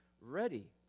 ready